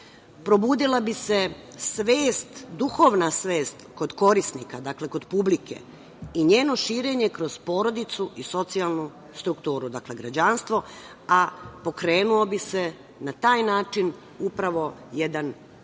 probudila bi se svest, duhovna svet kod korisnika, kod publike, i njeno širenje kroz porodicu i socijalnu strukturu, građanstvo, a pokrenuo bi se na taj način jedan duhovni